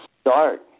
start